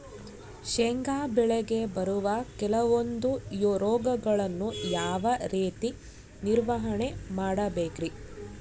ಶೇಂಗಾ ಬೆಳೆಗೆ ಬರುವ ಕೆಲವೊಂದು ರೋಗಗಳನ್ನು ಯಾವ ರೇತಿ ನಿರ್ವಹಣೆ ಮಾಡಬೇಕ್ರಿ?